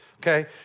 okay